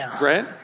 Right